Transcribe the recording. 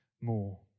more